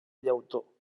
llautó